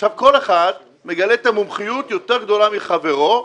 עכשיו כל אחד מגלה מומחיות יותר גדולה מחברו,